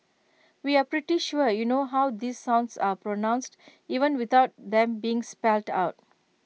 we are pretty sure you know how these sounds are pronounced even without them being spelled out